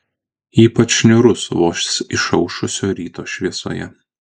ypač niūrus vos išaušusio ryto šviesoje